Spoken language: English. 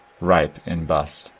ripe in bust.